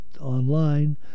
online